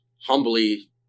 humbly